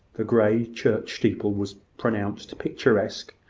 the grey church steeple was pronounced picturesque,